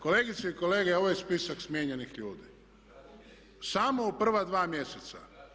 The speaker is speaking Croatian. Kolegice i kolege, ovo je spisak smijenjenih ljudi, samo u prva 2 mjeseca.